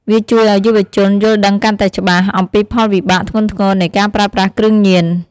វាជួយឱ្យយុវជនយល់ដឹងកាន់តែច្បាស់ អំពីផលវិបាកធ្ងន់ធ្ងរនៃការប្រើប្រាស់គ្រឿងញៀន។